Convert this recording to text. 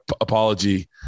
apology